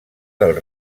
del